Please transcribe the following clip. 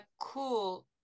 cool